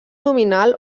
nominal